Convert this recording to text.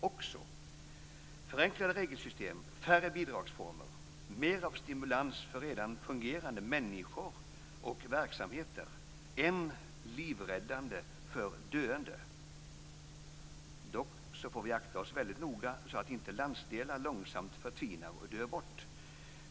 Det behövs förenklade regelsystem och färre bidragsformer, mer av stimulans för redan fungerande människor och verksamheter än livräddande för döende. Dock får vi akta oss väldigt noga så att landsdelar inte långsamt förtvinar och dör bort.